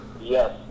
Yes